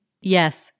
Yes